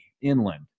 inland